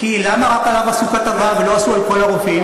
כי למה רק עליו עשו כתבה ולא עשו על כל הרופאים?